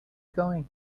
going